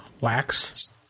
Wax